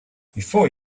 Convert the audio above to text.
before